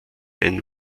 ein